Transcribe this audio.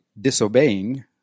disobeying